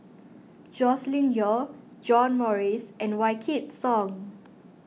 Joscelin Yeo John Morrice and Wykidd Song